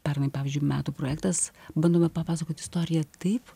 pernai pavyzdžiui metų projektas bandome papasakot istoriją taip